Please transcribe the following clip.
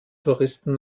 touristen